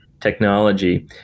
technology